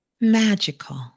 magical